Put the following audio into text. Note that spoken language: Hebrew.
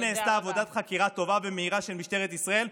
כן נעשתה עבודת חקירה טובה ומהירה של משטרת ישראל,